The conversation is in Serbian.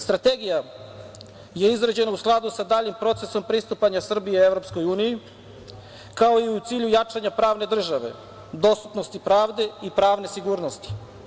Strategija je izrađena u skladu sa daljim procesom pristupanje Srbije EU, kao i u cilju jačanja pravne države, dostupnosti pravde i pravne sigurnosti.